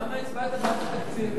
אז למה הצבעת בעד התקציב?